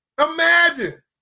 Imagine